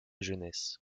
jeunesse